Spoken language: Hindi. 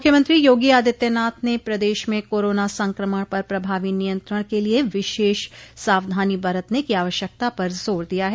मुख्यमंत्री योगी आदित्यनाथ ने प्रदेश में कोरोना संक्रमण पर प्रभावी नियंत्रण के लिये विशेष सावधानी बरतने की आवश्यकता पर जार दिया है